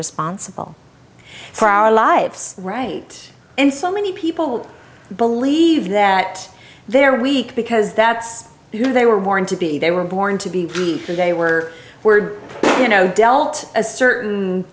responsible for our lives right and so many people believe that they're weak because that's who they were born to be they were born to be they were were you know dealt a certain